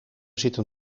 zitten